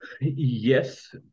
Yes